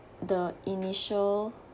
the initial